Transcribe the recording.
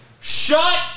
Shut